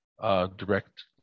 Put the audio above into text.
direct